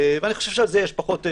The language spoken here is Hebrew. לנושא.